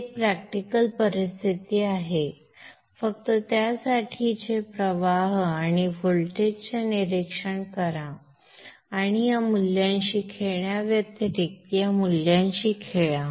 ही एक प्रॅक्टिकल परिस्थिती आहे फक्त त्यासाठीचे प्रवाह आणि व्होल्टेजचे निरीक्षण करा आणि या मूल्यांशी खेळण्याव्यतिरिक्त या मूल्यांशी खेळा